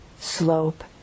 slope